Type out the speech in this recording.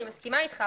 אני מסכימה אתך.